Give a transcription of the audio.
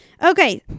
Okay